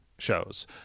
shows